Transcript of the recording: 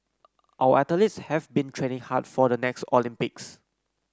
our athletes have been training hard for the next Olympics